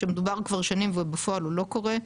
שמדובר כבר שנים ובפועל הוא לא קורה.